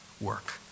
work